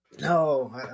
No